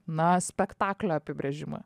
na spektaklio apibrėžimą